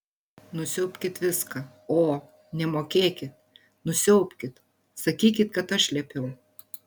nusiaubkit viską o nemokėkit nusiaubkit sakykit kad aš liepiau